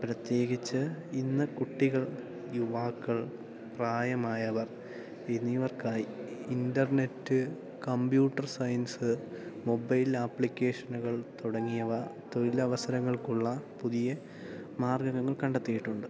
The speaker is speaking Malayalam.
പ്രത്യേകിച്ച് ഇന്ന് കുട്ടികൾ യുവാക്കൾ പ്രായമായവർ എന്നിവർക്കായി ഇൻറ്റർനെറ്റ് കമ്പ്യൂട്ടർ സയൻസ് മൊബൈൽ ആപ്ലിക്കേഷനുകൾ തുടങ്ങിയവ തൊഴിലവസരങ്ങൾക്കുള്ള പുതിയ മാർഗങ്ങൾ കണ്ടെത്തിയിട്ടുണ്ട്